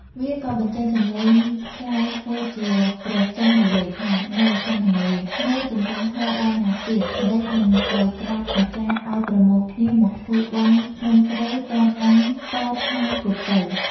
វាក៏បញ្ចេញសំឡេងក្លែងធ្វើជាព្រះចេះនិយាយថា នែ ! សាមណេរ ! នៅទន្ទេញធម៌ដល់ណាទៀត ! ម្ដេចមិនទៅប្រាប់អាចារ្យឲ្យប្រមូលគ្នាមកធ្វើបុណ្យភ្នំស្រូវ ទាន់អញតថាគតទៅ ។